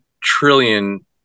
trillion